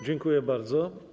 Dziękuję bardzo.